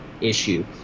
issue